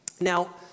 Now